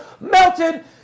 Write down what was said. melted